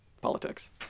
politics